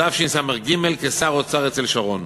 בתשס"ג, לשר אוצר אצל שרון.